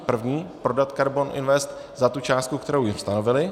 První prodat KARBON INVEST za tu částku, kterou jim stanovili.